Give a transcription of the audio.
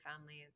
families